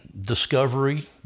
discovery